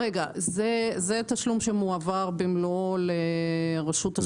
רגע, זה תשלום שמועבר במלואו לרשות השידור.